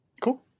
Cool